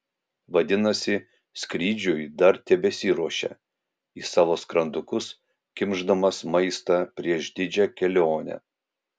vadinasi skrydžiui dar tebesiruošia į savo skrandukus kimšdamos maistą prieš didžią kelionę